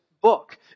book